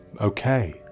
okay